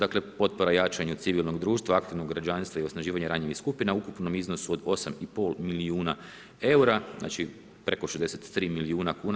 Dakle, potpora jačanju civilnog društva, aktivno građanstvo i osnaživanje ranjivih skupina u ukupnom iznosu od 8,5 milijuna eura, znači preko 65 milijuna kuna.